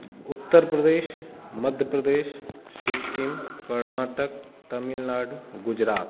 Uttar Pradesh Madhya Pradesh Sikkim Karnataka Tamil Nadu Gujarat